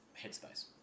headspace